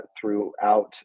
throughout